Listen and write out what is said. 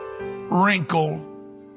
wrinkle